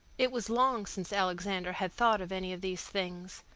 it was long since alexander had thought of any of these things,